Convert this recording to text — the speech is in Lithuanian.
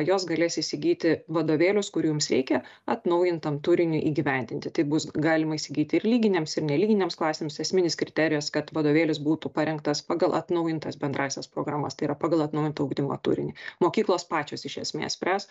jos galės įsigyti vadovėlius kurių joms reikia atnaujintam turiniui įgyvendinti tai bus galima įsigyti ir lyginėms ir nelyginėms klasėms esminis kriterijus kad vadovėlis būtų parengtas pagal atnaujintas bendrąsias programas tai yra pagal atnaujintą ugdymo turinį mokyklos pačios iš esmės spręs